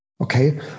Okay